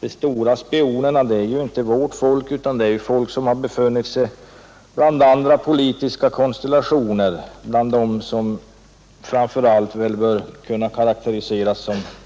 De stora spionerna är ju inte vårt folk, utan det är folk som har befunnit sig bland andra politiska konstellationer, bland dem som väl framför allt bör kunna karakteriseras